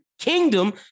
Kingdom